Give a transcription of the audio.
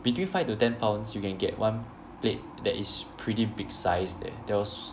between five to ten pounds you can get one plate that is pretty big sized eh there was